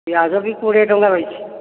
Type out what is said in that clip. ପିଆଜ ବି କୋଡ଼ିଏ ଟଙ୍କା ରହିଛି